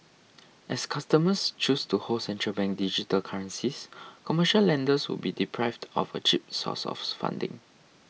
as customers choose to hold central bank digital currencies commercial lenders would be deprived of a cheap source of funding